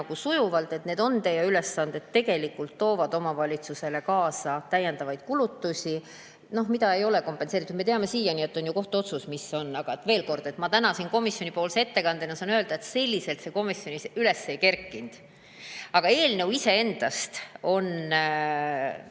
sujuvalt, et need on teie ülesanded, tegelikult toovad omavalitsusele kaasa täiendavaid kulutusi, mida ei ole kompenseeritud. Me teame siiani, et on ju kohtuotsus. Aga veel kord: ma täna komisjoni ettekandjana saan öelda, et selliselt see komisjonis üles ei kerkinud, aga eelnõu iseendast on